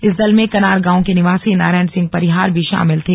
इस दल में कनार गांव के निवासी नारायण सिंह परिहार भी शामिल थे